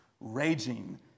raging